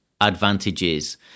advantages